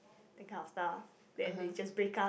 that kind of stuff then they just break up